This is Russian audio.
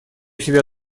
себя